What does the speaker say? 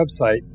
website